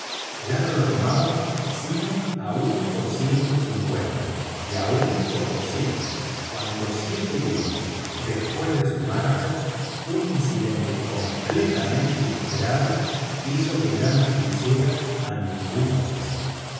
ya no lo tomaban sino a uno por ciento cincuenta y aun por doscientos cuando siete días después de su marcha un incidente completamente inesperado hizo que ya no se quisiera a ningún precio